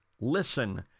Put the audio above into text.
Listen